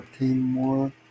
more